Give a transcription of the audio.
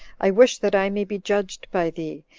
i wish that i may be judged by thee,